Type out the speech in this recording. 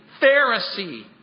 Pharisee